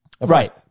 Right